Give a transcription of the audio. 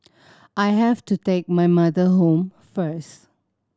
I have to take my mother home first